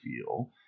feel